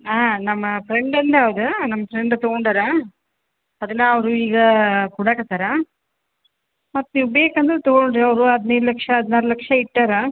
ಹಾಂ ನಮ್ಮ ಫ್ರೆಂಡಿಂದೆ ಅದ ನಮ್ಮ ಫ್ರೆಂಡ್ ತಗೊಂಡಾರ ಅದನ್ನು ಅವರು ಈಗ ಕೊಡೋಕೆ ಹತ್ತಾರ ಮತ್ತು ನೀವು ಬೇಕು ಅಂದರೆ ತಗೊಳ್ಳಿರಿ ಅವರು ಹದ್ನೈದು ಲಕ್ಷ ಹದ್ನಾರು ಲಕ್ಷ ಇಟ್ಟಾರ